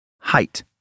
Height